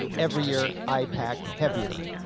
every year i pack heavier.